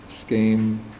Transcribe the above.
scheme